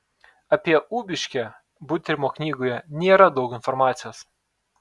apie ubiškę butrimo knygoje nėra daug informacijos